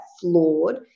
flawed